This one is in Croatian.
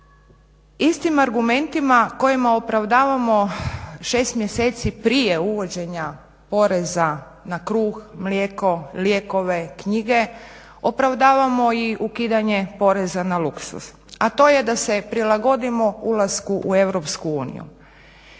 Istim argumentima kojima opravdavamo 6 mjeseci prije uvođenja poreza na kruh, mlijeko, lijekove, knjige, opravdavamo i ukidanje poreza na luksuz, a to je da se prilagodimo ulasku u Europsku uniju.